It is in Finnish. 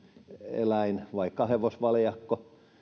eläin vaikka hevosvaljakko